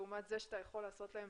לעומת זה שאתה יכול לעשות להם